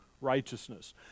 righteousness